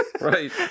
Right